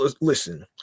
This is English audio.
Listen